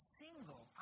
single